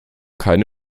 keine